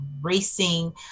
racing